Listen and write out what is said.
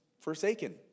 forsaken